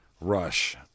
rush